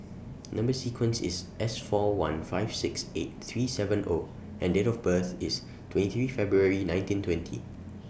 Number sequence IS S four one five six eight three seven O and Date of birth IS twenty February nineteen twenty